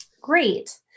Great